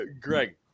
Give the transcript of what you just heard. Greg